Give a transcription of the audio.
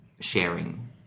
sharing